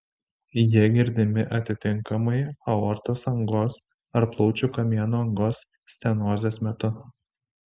jie girdimi atitinkamai aortos angos ar plaučių kamieno angos stenozės metu